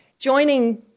Joining